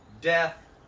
death